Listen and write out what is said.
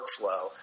workflow